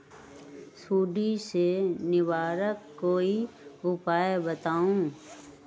सुडी से निवारक कोई उपाय बताऊँ?